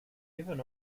given